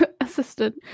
assistant